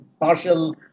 partial